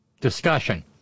discussion